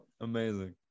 Amazing